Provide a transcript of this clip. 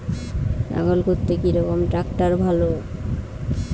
লাঙ্গল করতে কি রকম ট্রাকটার ভালো?